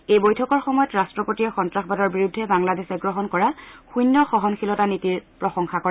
এই বৈঠকৰ সময়ত ৰাষ্ট্ৰপতিয়ে সন্তাসবাদৰ বিৰুদ্ধে বাংলাদেশে গ্ৰহণ কৰা শূন্য সহনশীলতা নীতিৰ প্ৰশংসা কৰে